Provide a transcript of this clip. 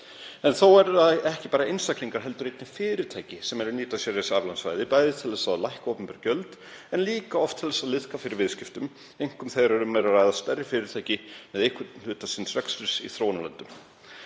Það eru ekki bara einstaklingar heldur einnig fyrirtæki sem nýta sér þessi aflandssvæði, bæði til að lækka opinber gjöld en líka oft til þess að liðka fyrir viðskiptum, einkum þegar um er að ræða stærri fyrirtæki með einhvern hluta síns reksturs í þróunarlöndum.